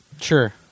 Sure